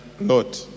Lord